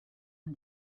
and